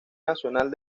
nacional